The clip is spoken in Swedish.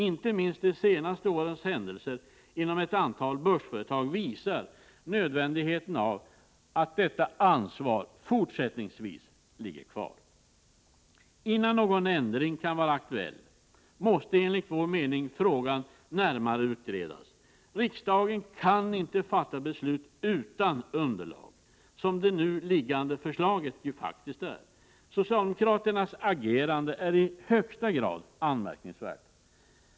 Inte minst de senaste årens händelser inom ett antal börsföretag visar nödvändigheten av att detta ansvar fortsättningsvis ligger kvar. Innan någon ändring kan bli aktuell måste enligt vår mening frågan närmare utredas. Riksdagen kan inte fatta beslut med anledning av ett förslag utan underlag — som det nu föreliggande förslaget faktiskt är. Socialdemokraternas agerande är högst anmärkningsvärt.